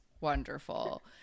wonderful